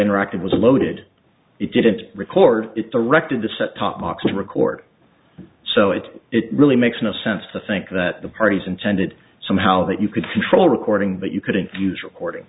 interactive was loaded it didn't record it directed the set top box to record so it it really makes no sense to think that the parties intended somehow that you could control recording but you couldn't use recording